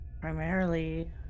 primarily